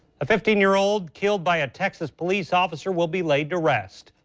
a fifteen year old killed by a texas police officer will be laid to rest.